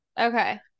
okay